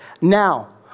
Now